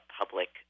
public